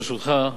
ברשותך,